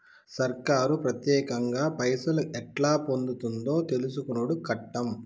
సర్కారు పత్యేకంగా పైసలు ఎట్లా పొందుతుందో తెలుసుకునుడు కట్టం